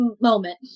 moment